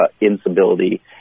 instability